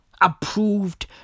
approved